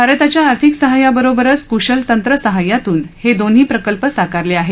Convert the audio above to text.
भारताच्या आर्थिक सहाय्याबरोबरच कुशल तंत्रसहाय्यातून हे दोन्ही प्रकल्प साकारले आहेत